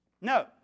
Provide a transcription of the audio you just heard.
No